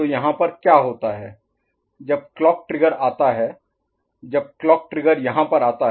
तो यहाँ पर क्या होता है जब क्लॉक ट्रिगर आता है जब क्लॉक ट्रिगर यहाँ पर आता है